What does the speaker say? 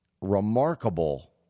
remarkable